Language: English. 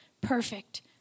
perfect